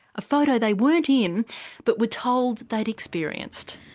a photo they weren't in but were told they'd experienced.